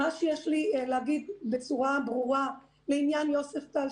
מה שיש לי להגיד בצורה ברורה לעניין יוספטל,